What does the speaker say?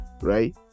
right